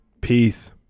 Peace